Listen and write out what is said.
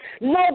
No